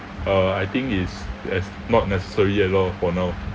uh I think is as not necessary yet lor for now